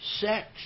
sex